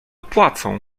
płacą